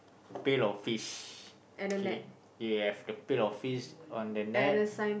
pail of fish you have the pail of fish on the net